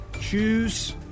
Choose